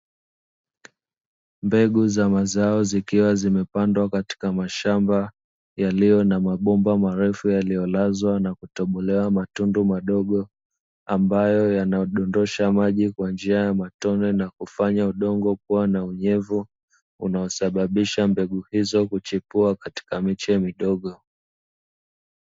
Mbegu za mazao zikiwa zimepandwa katika mashamba, yaliyo na mabomba marefu yaliyolazwa na kutobolewa matundu madogo, ambayo yanadondosha maji kwa njia ya matone na kufanya udongo kuwa na unyevu, unaosababisha mbegu hizo kuchipua katika miche midogo.